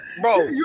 Bro